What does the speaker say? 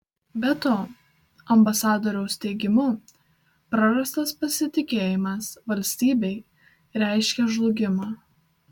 be to ambasadoriaus teigimu prarastas pasitikėjimas valstybei reiškia žlugimą